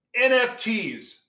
NFTs